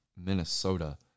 Minnesota